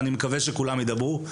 אני מקווה שכולם ידברו.